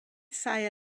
saja